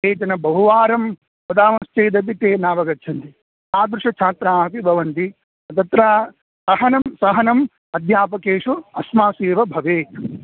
केचन बहुवारं वदामश्चेदपि ते नावगच्छन्ति तादृशछात्राः अपि भवन्ति तत्र सहनं सहनम् अध्यापकेषु अस्मासु एव भवेत्